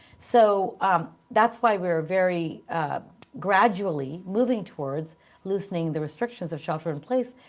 so that's why we're very gradually moving towards loosening the restrictions of shelter in place.